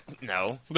No